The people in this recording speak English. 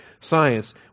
science